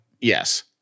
Yes